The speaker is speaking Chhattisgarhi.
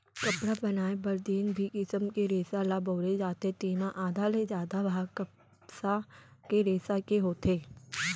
कपड़ा बनाए बर जेन भी किसम के रेसा ल बउरे जाथे तेमा आधा ले जादा भाग कपसा के रेसा के होथे